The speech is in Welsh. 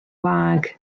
wag